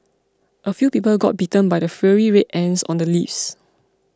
a few people got bitten by the fiery Red Ants on the leaves